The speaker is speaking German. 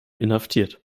inhaftiert